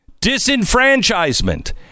Disenfranchisement